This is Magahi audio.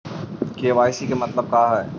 के.वाई.सी के मतलब का हई?